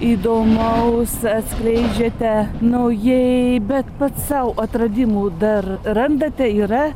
įdomaus atskleidžiate naujai bet pats sau atradimų dar randate yra